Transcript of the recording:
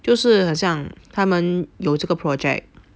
就是很像他们有这个 project